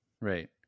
right